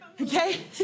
okay